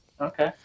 okay